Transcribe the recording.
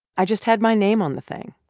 i just had my name on the thing.